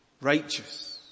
righteous